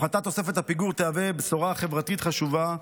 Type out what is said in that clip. הפחתת תוספת הפיגור תהווה בשורה חברתית חשובה,